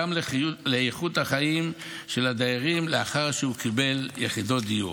אלא גם לאיכות החיים של הדיירים לאחר שהם קיבלו יחידות דיור.